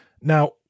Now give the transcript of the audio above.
Now